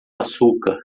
açúcar